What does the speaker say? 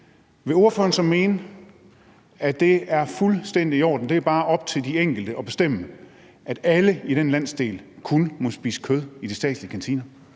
vil ordføreren så mene, at det er fuldstændig i orden, og at det bare er op til de enkelte at bestemme, at alle i den landsdel kun må spise kød i de statslige kantiner?